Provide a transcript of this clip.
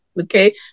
okay